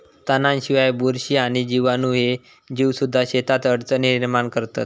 तणांशिवाय, बुरशी आणि जीवाणू ह्ये जीवसुद्धा शेतात अडचणी निर्माण करतत